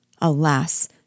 Alas